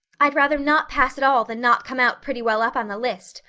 i'd rather not pass at all than not come out pretty well up on the list,